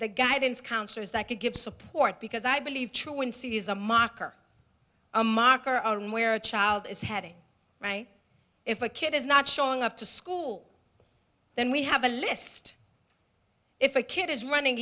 the guidance counselors that could give support because i believe truancy is a marker a marker on where a child is heading if a kid is not showing up to school then we have a list if a kid is running